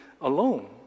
alone